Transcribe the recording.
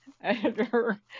editor